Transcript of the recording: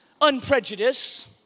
unprejudiced